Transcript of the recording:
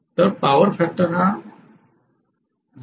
तर power factor हा 0